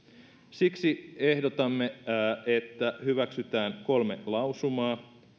siksi ehdotamme että hyväksytään kolme lausumaa